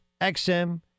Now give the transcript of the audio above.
XM